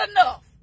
enough